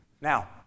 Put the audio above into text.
Now